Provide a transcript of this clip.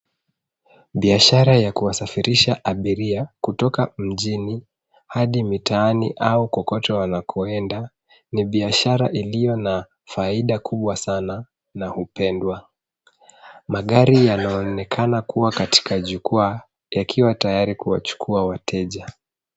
Biashara ya kuwasafirisha abiria kutoka mjini hadi mitaani au kokote wanakoenda ni biashara iliyo na faida kubwa sana na hupenda. Mengi yanaonekana kuwa katika jukwaa yakiwa tayari kuwachukua wateja.